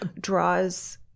draws